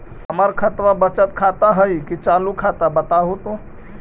हमर खतबा बचत खाता हइ कि चालु खाता, बताहु तो?